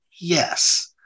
Yes